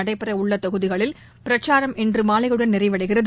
நடைபெற உள்ள தொகுதிகளில் பிரச்சாரம் இன்று மாலையுடன் நிறைவடைகிறது